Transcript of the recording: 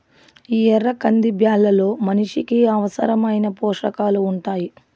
ఈ ఎర్ర కంది బ్యాళ్ళలో మనిషికి అవసరమైన పోషకాలు ఉంటాయి